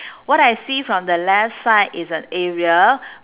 what I see from the left side is an area